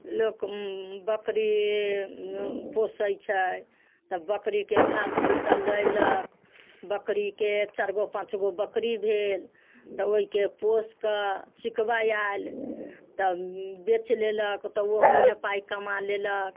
लोक बकरी पोसै छै तऽ बकरीके घास भूसा लयलक बकरीके चारि गो पाँच गो बकरी भेल तऽ ओइके पोसि कऽ चिकबा आयल तऽ बेच लेलक तऽ ओहूमे पाइ कमा लेलक